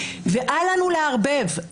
ואל לנו לערבב,